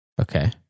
Okay